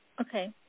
Okay